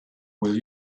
will